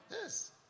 Yes